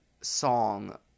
song